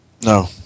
No